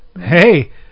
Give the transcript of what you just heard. Hey